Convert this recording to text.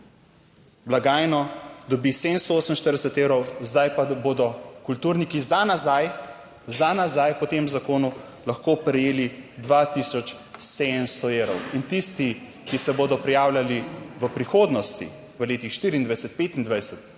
blagajno, dobi 748 evrov, zdaj pa bodo kulturniki za nazaj, za nazaj po tem zakonu lahko prejeli 2 tisoč 700 evrov. In tisti, ki se bodo prijavljali v prihodnosti, v letih 2024,